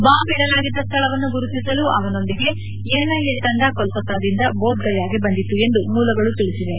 bomb ಇಡಲಾಗಿದ್ದ ಸ್ಥಳವನ್ನು ಗುರುತಿಸಲು ಅವನೊಂದಿಗೆ ಎನ್ಐಎ ತಂಡ ಕೋಲ್ತಾದಿಂದ ಬೋದ್ ಗಯಾಗೆ ಬಂದಿತ್ತು ಎಂದು ಮೂಲಗಳು ತಿಳಿಸಿವೆ